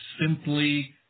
simply